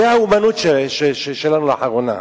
זו האמנות שלנו לאחרונה.